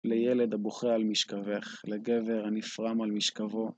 לילד הבוכה על משכבך, לגבר הנפרם על משכבו.